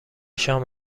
شام